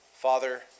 Father